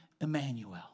Emmanuel